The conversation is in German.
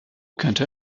könnte